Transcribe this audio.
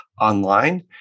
online